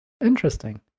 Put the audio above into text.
Interesting